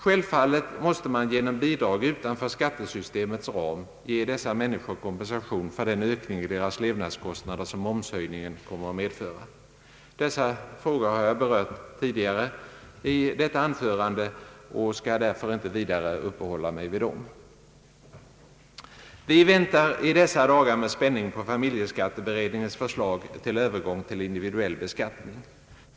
Självfallet måste man genom bidrag utanför skattesystemets ram ge dessa människor kompensation för den ökning i deras levnadskostnader som momshöjningen kommer att medföra. Dessa frågor har jag berört tidigare i mitt anförande och skall därför inte vidare uppehålla mig vid dem. Vi väntar i dessa dagar med spänning på familjeskatteberedningens förslag beträffande övergång till individuell beskattning.